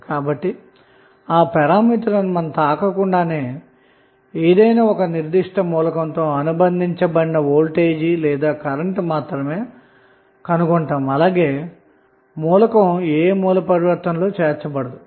కాబట్టి ఆ పారామితులను తాకకుండానే ఏదైనా ఒక నిర్దిష్ట మూలకంతో అనుబంధించబడిన వోల్టేజ్ లేదా కరెంట్ మాత్రమే కనుగొంటాము అలాగే మూలకము ఏ సోర్స్ ట్రాన్స్ఫర్మేషన్ లో చేర్చబడదు